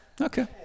Okay